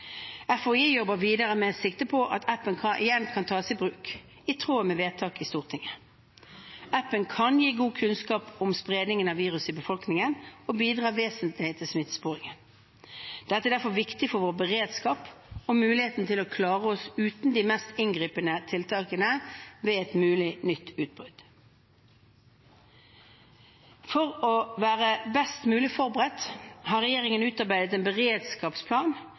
jobber videre med sikte på at appen igjen kan tas i bruk, i tråd med vedtak i Stortinget. Appen kan gi god kunnskap om spredningen av viruset i befolkningen og bidra vesentlig til smittesporingen. Dette er derfor viktig for vår beredskap og muligheten til å klare oss uten de mest inngripende tiltakene ved et mulig nytt utbrudd. For å være best mulig forberedt har regjeringen utarbeidet en beredskapsplan